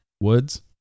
Woods